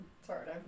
Sorry